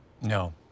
No